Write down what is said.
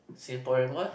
Singaporean what